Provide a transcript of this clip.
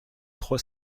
trois